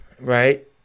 right